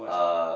uh